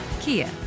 Kia